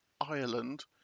ireland